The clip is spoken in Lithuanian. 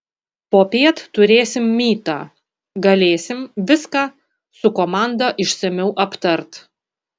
popiet turėsim mytą galėsim viską su komanda išsamiau aptart